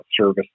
service